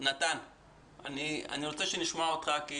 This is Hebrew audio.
אני רוצה שנשמע אותך כי